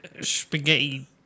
spaghetti